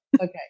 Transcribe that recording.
Okay